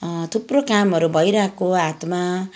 थुप्रो कामहरू भइरहेको हातमा